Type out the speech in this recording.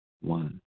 one